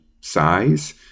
size